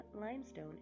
limestone